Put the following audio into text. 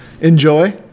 enjoy